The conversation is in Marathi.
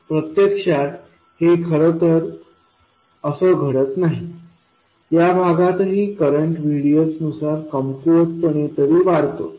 प्रत्यक्षात हे खरं तर असं घडत नाही या भागातही करंट VDS नुसार कमकुवतपणे तरी वाढतोच